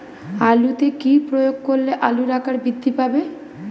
আলুতে কি প্রয়োগ করলে আলুর আকার বৃদ্ধি পাবে?